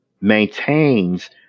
maintains